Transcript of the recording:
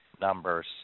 numbers